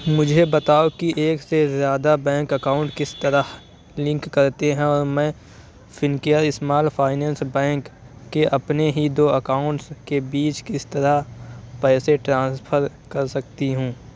مجھے بتاؤ کہ ایک سے زیادہ بینک اکاؤنٹ کس طرح لنک کرتے ہیں اور میں اسمال فائنانس بینک کے اپنے ہی دو اکاؤنٹس کے بیچ کس طرح پیسے ٹرانسپھر کر سکتی ہوں